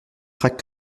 crac